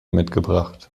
mitgebracht